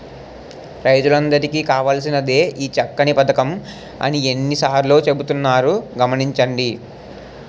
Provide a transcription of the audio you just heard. రైతులందరికీ కావాల్సినదే ఈ చక్కని పదకం అని ఎన్ని సార్లో చెబుతున్నారు గమనించండి